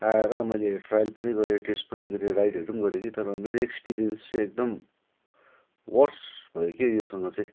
आएर मैले ट्रायल पनि गरेँ टेस्ट पनि गरेँ राइडहरू गरेँ कि तर मेरो एक्सपिरियन्स चाहिँ एकदम वर्स्ट भयो के योसँग चाहिँ